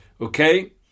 Okay